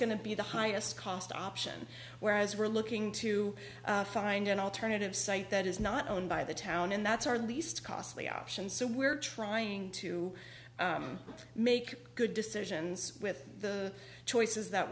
to be the highest cost option whereas we're looking to find an alternative site that is not owned by the town and that's our least costly option so we're trying to make good decisions with the choices that